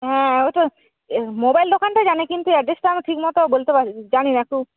হ্যাঁ ওই তো মোবাইল দোকানটা জানি কিন্তু অ্যাড্রেসটা আমি ঠিক মতো বলতে জানি না একটু